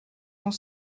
sont